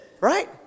Right